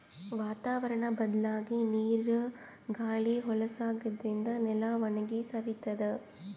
ವಾತಾವರ್ಣ್ ಬದ್ಲಾಗಿ ನೀರ್ ಗಾಳಿ ಹೊಲಸ್ ಆಗಾದ್ರಿನ್ದ ನೆಲ ಒಣಗಿ ಸವಿತದ್